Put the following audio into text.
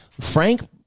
Frank